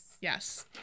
Yes